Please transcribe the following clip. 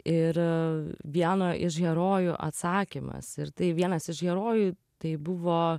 ir vieno iš herojų atsakymas ir tai vienas iš herojų tai buvo